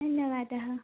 धन्यवादः